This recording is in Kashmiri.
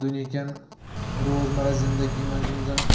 دُنۍیہکٮ۪ن روزمَراہ زِنٛدگی منٛز یِم زَن